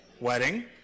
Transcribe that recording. wedding